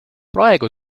praegu